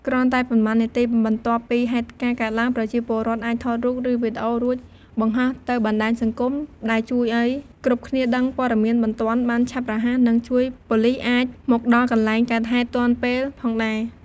គ្រាន់តែប៉ុន្មាននាទីបន្ទាប់ពី ហេតុការណ៍កើតឡើង ប្រជាពលរដ្ឋ អាច ថតរូប ឬ វីដេអូ រួច បង្ហោះទៅបណ្ដាញសង្គម ដែល ជួយឱ្យគ្រប់គ្នាដឹងព័ត៌មានបន្ទាន់ បានឆាប់រហ័ស និង ជួយប៉ូលិស អាច មកដល់កន្លែងកើតហេតុទាន់ពេល ផងដែរ។